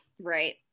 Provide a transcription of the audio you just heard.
Right